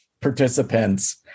participants